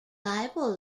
libel